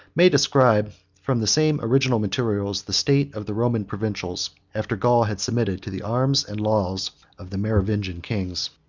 may describe, from the same original materials, the state of the roman provincials, after gaul had submitted to the arms and laws of the merovingian kings.